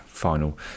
final